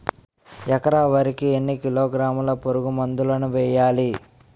ఎకర వరి కి ఎన్ని కిలోగ్రాముల పురుగు మందులను వేయాలి?